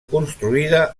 construïda